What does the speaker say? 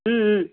ம் ம்